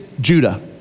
Judah